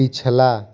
पिछला